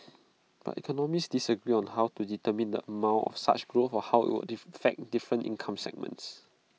but economists disagree on how to determine the amount of such growth or how IT would different income segments